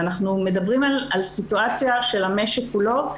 ואנחנו מדברים על סיטואציה של המשק כולו,